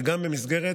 וגם במסגרת,